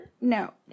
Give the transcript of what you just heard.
No